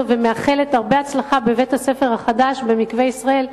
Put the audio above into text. ומאחלת הרבה הצלחה בבית-הספר החדש במקווה-ישראל,